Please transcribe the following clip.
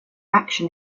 action